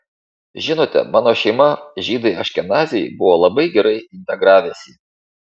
žinote mano šeima žydai aškenaziai buvo labai gerai integravęsi